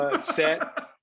set